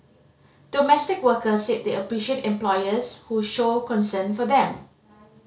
domestic workers said they appreciate employers who show concern for them